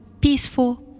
peaceful